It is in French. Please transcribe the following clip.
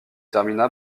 termina